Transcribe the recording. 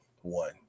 one